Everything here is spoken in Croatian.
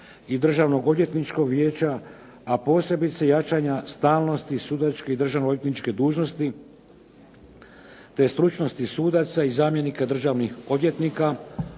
i Državnog odvjetničkog vijeća a posebice jačanja stalnosti sudačke i državno odvjetničke dužnosti te stručnosti sudaca i zamjenika državnih odvjetnika,